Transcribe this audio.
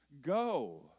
Go